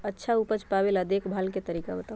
अच्छा उपज पावेला देखभाल के तरीका बताऊ?